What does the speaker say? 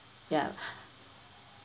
ya